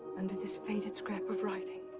under this faded scrap of writing.